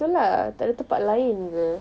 itu lah takde tempat lain ke